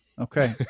Okay